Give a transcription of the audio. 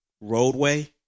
roadway